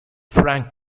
frank